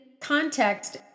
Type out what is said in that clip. context